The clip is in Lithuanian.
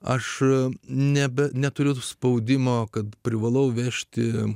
aš nebe neturiu spaudimo kad privalau vežti